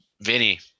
Vinny